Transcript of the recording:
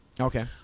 Okay